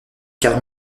car